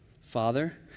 Father